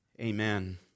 Amen